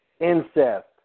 incest